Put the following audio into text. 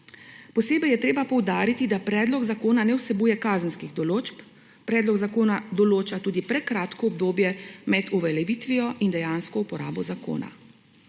Posebej je treba poudariti, da predlog zakona ne vsebuje kazenskih določb, predlog zakona določa tudi prekratko obdobje med uveljavitvijo in dejansko uporabo zakona.